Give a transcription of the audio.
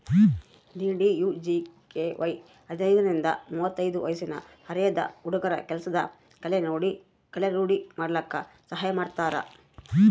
DDUGKY ಹದಿನೈದರಿಂದ ಮುವತ್ತೈದು ವಯ್ಸಿನ ಅರೆದ ಹುಡ್ಗುರ ಕೆಲ್ಸದ್ ಕಲೆ ರೂಡಿ ಮಾಡ್ಕಲಕ್ ಸಹಾಯ ಮಾಡ್ತಾರ